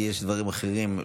כי יש דברים אחרים,